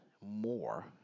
more